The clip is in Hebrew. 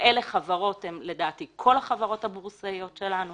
כאלה חברות, לדעתי אלה כל החברות הבורסאיות שלנו